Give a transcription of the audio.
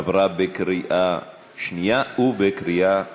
עברה בקריאה שנייה ובקריאה שלישית.